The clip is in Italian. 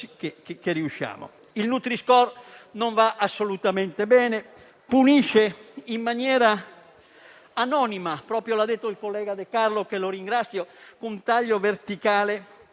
che si può. Il nutri-score non va assolutamente bene, punisce in maniera anonima - come ha detto il collega De Carlo, che ringrazio - con un taglio verticale